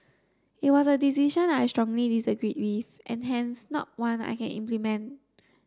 it was a decision I strongly disagreed with and hence not one I can implement